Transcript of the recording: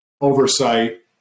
oversight